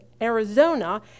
Arizona